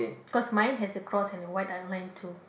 cause mine has the cross and a white double line too